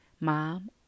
mom